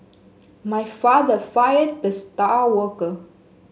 my father fired the star worker